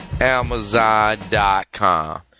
amazon.com